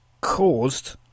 caused